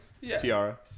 tiara